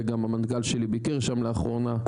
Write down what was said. וגם המנכ"ל שלי ביקר שם לאחרונה,